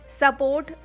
support